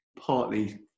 partly